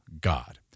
God